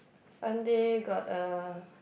Sunday got a